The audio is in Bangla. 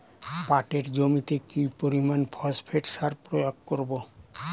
পাটের জমিতে কি পরিমান ফসফেট সার প্রয়োগ করব?